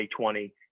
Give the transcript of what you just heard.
2020